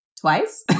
twice